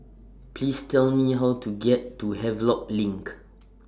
Please Tell Me How to get to Havelock LINK